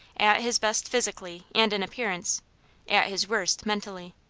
at his best physically and in appearance at his worst mentally.